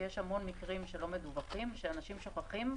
כי יש המון מקרים שלא מדווחים, שאנשים שוכחים,